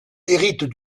hérite